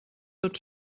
tot